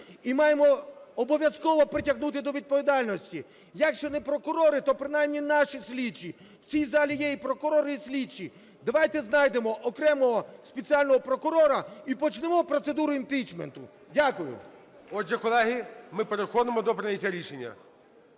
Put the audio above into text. і маємо обов'язково притягнути до відповідальності, якщо не прокурори, то принаймні наші слідчі. В цій залі є і прокурори, і слідчі. Давайте знайдемо окремого спеціального прокурора і почнемо процедуру імпічменту. Дякую. ГОЛОВУЮЧИЙ. Отже, колеги, ми переходимо до прийняття рішення.